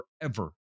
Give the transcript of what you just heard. forever